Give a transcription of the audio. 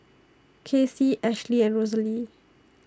Kacey Ashlee and Rosalee